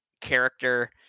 character